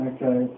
Okay